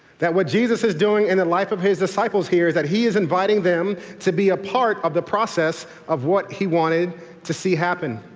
that what jesus is doing in the life of his disciples here is that he is inviting them to be a part of the process of what he wanted to see happen.